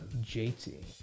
JT